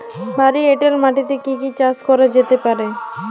ভারী এঁটেল মাটিতে কি কি চাষ করা যেতে পারে?